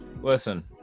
Listen